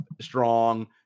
strong